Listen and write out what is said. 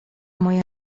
moja